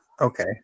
okay